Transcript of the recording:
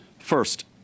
First